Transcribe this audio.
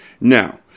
Now